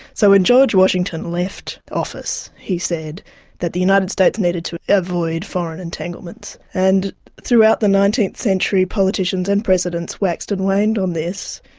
so when george washington left office, he said that the united states needed to avoid foreign entanglements. and throughout the nineteenth century, politicians and presidents waxed and waned on this.